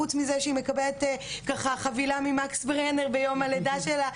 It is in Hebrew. חוץ מזה שהיא מקבלת ככה חבילה ממקס ברנר ביום הלידה שלה,